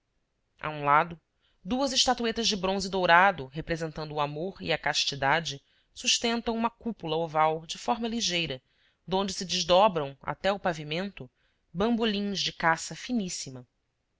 a um lado duas estatuetas de bronze dourado representando o amor e a castidade sustentam uma cúpula oval de forma ligeira donde se desdobram até o pavimento bambolins de cassa finíssima